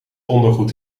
ondergoed